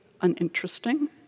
uninteresting